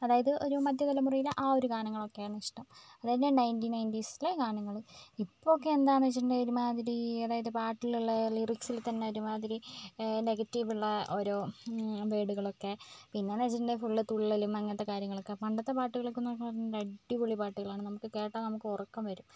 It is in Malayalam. അതായത് ഒരു മധ്യതലമുറയിലെ ആ ഒരു ഗാനങ്ങളൊക്കെയാണ് ഇഷ്ടം അതായത് നയൻറ്റീൻ നയൻറ്റീസിലെ ഗാനങ്ങൾ ഇപ്പോൾ ഒക്കെ എന്താണെന്ന് വെച്ചിട്ടുണ്ടെങ്കിൽ ഒരുമാതിരി അതായത് പാട്ടിലുള്ള ലിറിക്സിൽ തന്നെ ഒരുമാതിരി നെഗറ്റീവ് ഉള്ള ഓരോ വേഡുകളൊക്കേ പിന്നെ എന്ന് വെച്ചിട്ടുണ്ടെങ്കിൽ ഫുൾ തുള്ളലും അങ്ങനത്തെ കാര്യങ്ങളൊക്കെ പണ്ടത്തെ പാട്ടുകളെന്നൊക്കെ പറഞ്ഞാൽ നല്ല അടിപൊളി പാട്ടുകളാണ് നമുക്ക് കേട്ടാൽ നമുക്ക് ഉറക്കം വരും